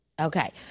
Okay